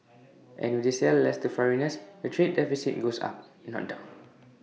and if they sell less to foreigners the trade deficit goes up not down